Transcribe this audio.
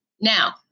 now